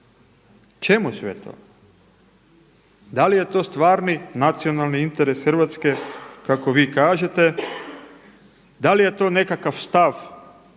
Čemu sve to? Da li je to stvarni nacionalni interes Hrvatske kako vi kažete? Da li je to nekakav stav hrvatskih